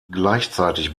gleichzeitig